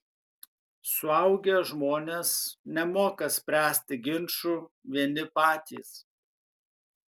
suaugę žmonės nemoka spręsti ginčų vieni patys